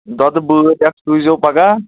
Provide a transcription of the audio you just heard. دۄدٕ بٲٹۍ اَکھ سوٗزیو پَگاہ